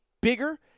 bigger